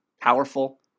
powerful